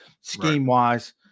scheme-wise